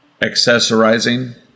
accessorizing